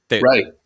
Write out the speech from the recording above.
right